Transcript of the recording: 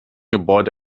gebäude